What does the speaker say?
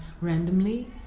randomly